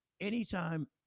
anytime